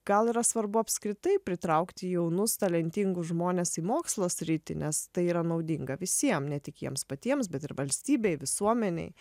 gal yra svarbu apskritai pritraukti jaunus talentingus žmones į mokslo sritį nes tai yra naudinga visiem ne tik jiems patiems bet ir valstybei visuomenei